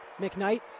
McKnight